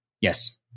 Yes